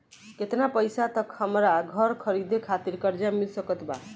केतना पईसा तक हमरा घर खरीदे खातिर कर्जा मिल सकत बा?